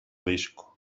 disco